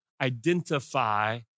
identify